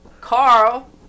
Carl